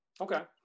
Okay